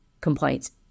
complaints